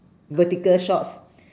vertical shorts